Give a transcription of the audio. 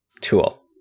tool